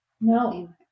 No